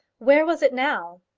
where was it now?